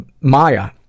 Maya